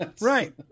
Right